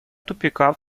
тупика